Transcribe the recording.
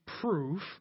proof